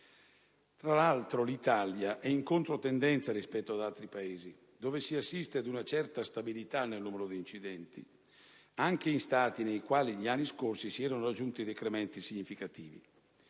Tra l'altro, l'Italia è in controtendenza rispetto ad altri Paesi, dove si assiste ad una certa stabilità nel numero di incidenti, anche in Stati nei quali negli anni scorsi si erano raggiunti decrementi significativi.